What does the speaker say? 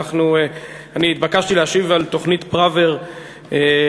אני התבקשתי להשיב על תוכנית פראוור בנושא